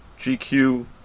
GQ